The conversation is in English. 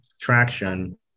traction